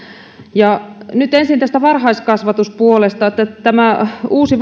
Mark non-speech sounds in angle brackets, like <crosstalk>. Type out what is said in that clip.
nyt ensin tästä varhaiskasvatuspuolesta tämä uusi <unintelligible>